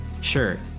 sure